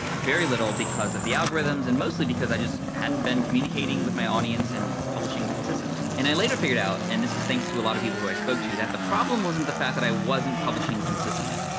very little, because of the algorithms and mostly because i just hadn't been communicating with my audience and publishing consistently. and i later figured out, and this is thanks to a lot of people who i spoke to, that the problem wasn't the fact that i wasn't publishing consistently.